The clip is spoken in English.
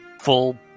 full